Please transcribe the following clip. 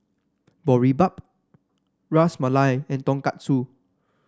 Boribap Ras Malai and Tonkatsu